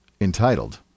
entitled